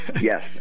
Yes